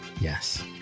Yes